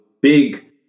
big